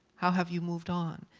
how have you moved on?